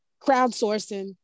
crowdsourcing